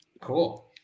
Cool